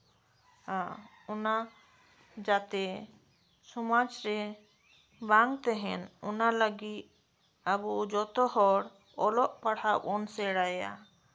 ᱟ ᱚᱱᱟ ᱡᱟᱛᱮ ᱥᱚᱢᱟᱡᱽ ᱨᱮ ᱵᱟᱝ ᱛᱟᱦᱮᱸᱱ ᱚᱱᱟ ᱞᱟᱹᱜᱤᱫ ᱟᱵᱚ ᱡᱚᱛᱚ ᱦᱚᱲ ᱚᱞᱚᱜ ᱯᱟᱲᱦᱟᱜ ᱵᱚᱱ ᱥᱮᱬᱟᱭᱟ